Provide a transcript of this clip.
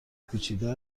پیچیده